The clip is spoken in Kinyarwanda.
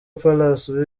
palace